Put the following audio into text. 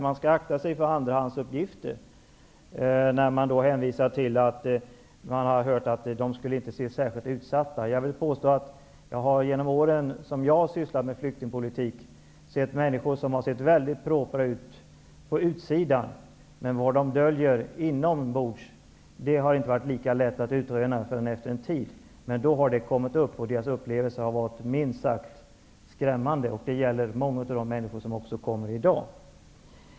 Man skall akta sig för andrahandsuppgifter när man hänvisar till att dessa människor inte är särskilt utsatta. Jag vill påstå att jag under de år som jag har sysslat med flyktingpolitik har mött människor som på utsidan sett mycket propra ut. Vad de döljt inombords har inte varit lika lätt att utröna förrän efter en tid. Då har det kommit upp, och deras upplevelser har varit minst sagt skrämmande. Det gäller också många av de människor som kommer i dag.